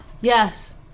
Yes